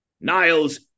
Niles